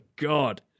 god